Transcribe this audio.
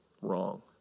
wrong